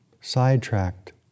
sidetracked